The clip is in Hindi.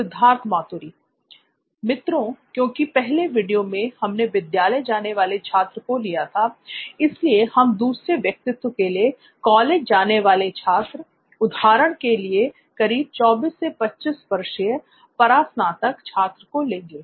सिद्धार्थ मातुरी मित्रों क्योंकि पहले वीडियो में हमने विद्यालय जाने वाले छात्र को लिया था इसलिए हम दूसरे व्यक्तित्व के लिए कॉलेज जाने वाले छात्र उदाहरण के लिए करीब 24 से 25 वर्षीय परास्नातक छात्र को लेंगे